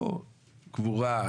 קבורה,